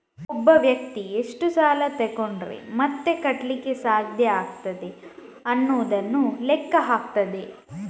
ಒಬ್ಬ ವ್ಯಕ್ತಿ ಎಷ್ಟು ಸಾಲ ತಗೊಂಡ್ರೆ ಮತ್ತೆ ಕಟ್ಲಿಕ್ಕೆ ಸಾಧ್ಯ ಆಗ್ತದೆ ಅನ್ನುದನ್ನ ಲೆಕ್ಕ ಹಾಕ್ತದೆ